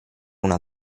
una